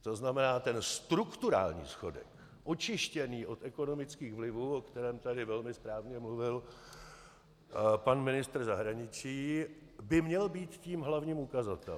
To znamená, ten strukturální schodek, očištěný od ekonomických vlivů, o kterém tady velmi správně mluvil pan ministr zahraničí, by měl být tím hlavním ukazatelem.